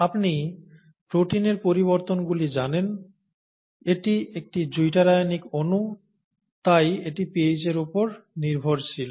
আপনি প্রোটিনের পরিবর্তন গুলি জানেন এটি একটি zwitter ionic অনু তাই এটি pH এর উপর নির্ভরশীল